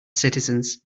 citizens